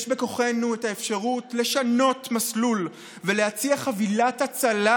יש בכוחנו לשנות מסלול ולהציע חבילת הצלה,